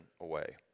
away